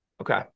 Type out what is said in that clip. Okay